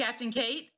CaptainKate